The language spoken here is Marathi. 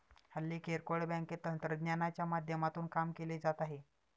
हल्ली किरकोळ बँकेत तंत्रज्ञानाच्या माध्यमातून काम केले जात आहे